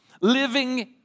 living